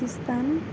Pakistan